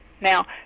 Now